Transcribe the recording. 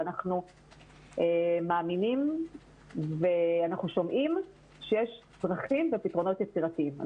ואנחנו מאמינים ואנחנו שומעים שיש צרכים ופתרונות יצירתיים.